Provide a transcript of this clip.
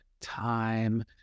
time